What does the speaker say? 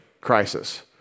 crisis